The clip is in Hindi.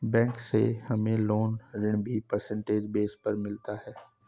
बैंक से हमे लोन ऋण भी परसेंटेज बेस पर मिलता है